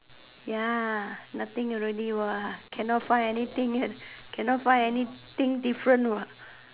ya nothing already what cannot find anything and cannot find anything different what